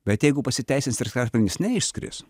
bet jeigu pasiteisins ir sraigtasparnis neišskris